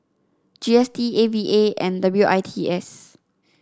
G S T A V A and W I T S